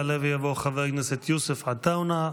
יעלה ויבוא חבר הכנסת יוסף עטאונה,